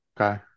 okay